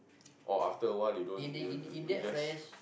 or after awhile you don't you you just